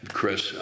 Chris